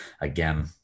again